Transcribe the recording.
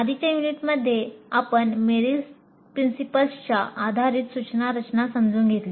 आधीच्या युनिटमध्ये आपण मेरिलस प्रिंसिपल्सच्या आधारित सूचना रचना समजून घेतली